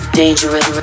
dangerous